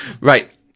right